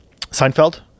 Seinfeld